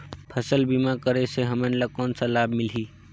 फसल बीमा करे से हमन ला कौन लाभ मिलही?